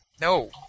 No